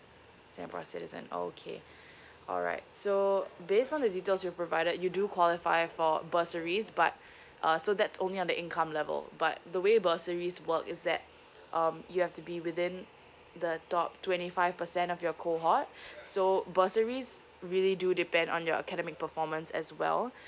singapore citizen okay alright so based on the details you've provided you do qualify for bursaries but uh so that's only on the income level but the way bursaries work is that um you have to be within the top twenty five percent of your cohort so bursaries really do depend on your academic performance as well